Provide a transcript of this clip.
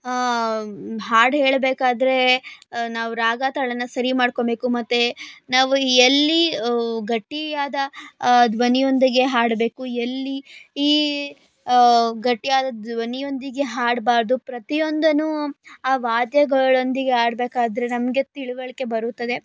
ಹಾಡು ಹೇಳಬೇಕಾದ್ರೇ ನಾವು ರಾಗ ತಾಳನ ಸರಿ ಮಾಡ್ಕೋಬೇಕು ಮತ್ತೆ ನಾವು ಎಲ್ಲಿ ಗಟ್ಟಿಯಾದ ಧ್ವನಿಯೊಂದಿಗೆ ಹಾಡಬೇಕು ಎಲ್ಲಿ ಈ ಗಟ್ಟಿಯಾದ ಧ್ವನಿಯೊಂದಿಗೆ ಹಾಡಬಾರ್ದು ಪ್ರತಿಯೊಂದನ್ನು ಆ ವಾದ್ಯಗಳೊಂದಿಗೆ ಹಾಡ್ಬೇಕಾದ್ರೆ ನಮಗೆ ತಿಳುವಳಿಕೆ ಬರುತ್ತದೆ